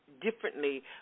differently